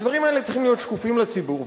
הדברים האלה צריכים להיות שקופים לציבור.